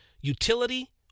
utility